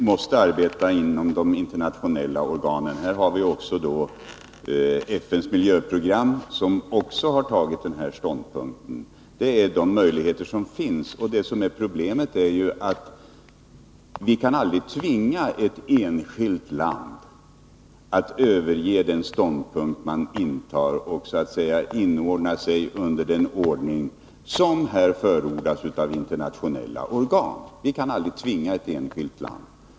Herr talman! Jag vill än en gång understryka att vi måste arbeta inom ramen för de internationella organen. Också FN:s miljöprogram har intagit den ståndpunkten. Det är den väg som står till buds. Problemet är att vi aldrig kan tvinga ett enskilt land att överge den ståndpunkt som det intar och att underordna sig de dispositioner som här förordas av internationella organ.